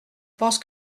pense